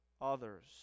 others